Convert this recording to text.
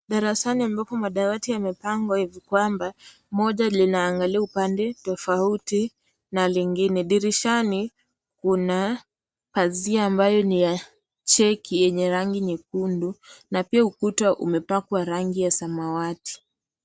Darasani ambapo madawati yamepangwa hivi kwamba moja linaangalia upande tofauti na lingine dirishani kuna pazia ambayo ni ya cheki yenye rangi nyekundu na pia ukuta umepakwa rangi ya samawati.